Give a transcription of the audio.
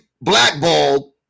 blackballed